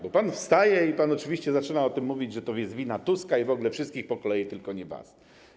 Bo pan wstaje i oczywiście zaczyna mówić o tym, że to jest wina Tuska i w ogóle wszystkich po kolei, tylko nie wasza.